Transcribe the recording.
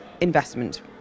investment